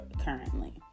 currently